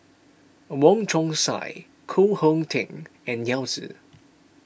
Wong Chong Sai Koh Hong Teng and Yao Zi